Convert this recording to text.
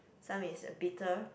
some is bitter